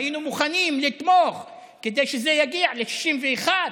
והיינו מוכנים לתמוך כדי שזה יגיע ל-61,